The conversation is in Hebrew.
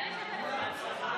בהצלחה.